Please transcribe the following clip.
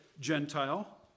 Gentile